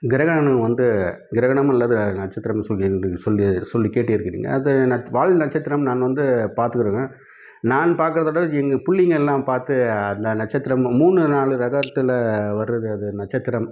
கிரகணங்கள் வந்து கிரகணம் அல்லது நட்சத்திரம்னு சொல்லிண்டு சொல்லி சொல்லி கேட்டு இருக்கிறீங்க அது நத் வால் நட்சத்திரம் நான் வந்து பார்த்துக்குறேங்க நான் பார்க்கறதோடவே எங்கள் புள்ளைங்க எல்லாம் பார்த்து அந்த நட்சத்திரமும் மூணு நாலு ரகத்தில் வருது அது நட்சத்திரம்